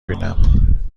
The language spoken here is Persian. بینم